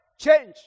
change